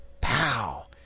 pow